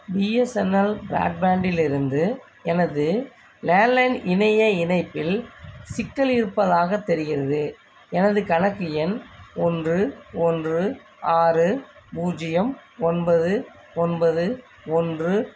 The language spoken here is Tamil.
பிஎஸ்என்எல் ப்ராட்பேண்ட்டிலிருந்து எனது லேண்ட்லைன் இணைய இணைப்பில் சிக்கல் இருப்பதாகத் தெரிகின்றது எனது கணக்கு எண் ஒன்று ஒன்று ஆறு பூஜ்ஜியம் ஒன்பது ஒன்பது ஒன்று